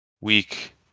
week